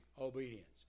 obedience